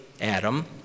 Adam